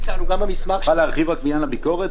תוכל להרחיב על עניין הביקורת?